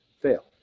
fail